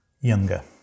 younger